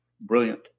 brilliant